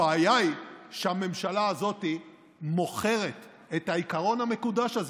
הבעיה היא שהממשלה הזאת מוכרת את העיקרון המקודש הזה,